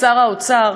שר האוצר,